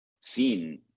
seen